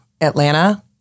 Atlanta